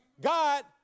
God